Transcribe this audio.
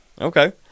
okay